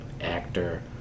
actor